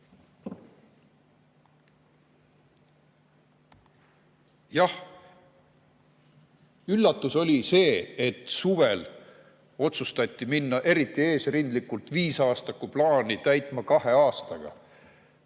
Jah, üllatus oli see, et suvel otsustati minna eriti eesrindlikult viisaastakuplaani täitma kahe aastaga.